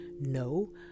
No